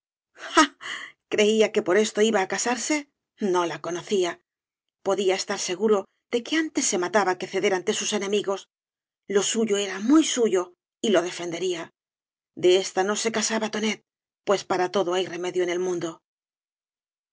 creía que por esto iba á casarse no la conocía podía estar seguro de que antes se mataba que ceder ante sus enemigos lo suyo era muy suyo y lo defendería de ésta no se casaba tonet pues para todo hay remedio en el mundo